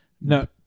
No